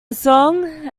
song